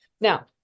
Now